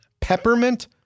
peppermint